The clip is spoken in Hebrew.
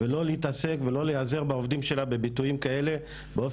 ולא להתעסק ולא להיעזר בעובדים שלה בביטויים באופן